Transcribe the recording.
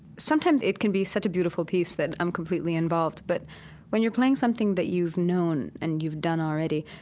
sometimes it can be such a beautiful piece that i'm completely involved, but when you're playing something that you've known and you've done already,